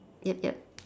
yup yup